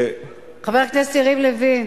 חבר הכנסת יריב לוין,